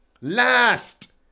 last